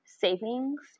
savings